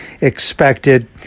expected